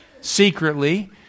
secretly